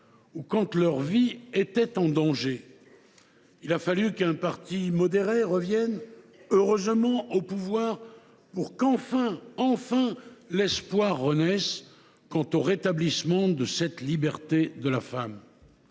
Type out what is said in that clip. ou quand leur vie était en danger. Il a fallu qu’un parti modéré revienne – heureusement !– au pouvoir pour que l’espoir renaisse enfin quant au rétablissement de cette liberté de la femme.